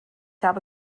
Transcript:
habe